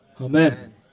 Amen